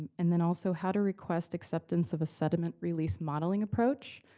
and then also, how to request acceptance of a sediment release modeling approach.